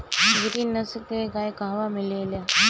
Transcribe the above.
गिरी नस्ल के गाय कहवा मिले लि?